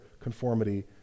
conformity